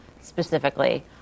specifically